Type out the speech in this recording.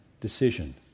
decision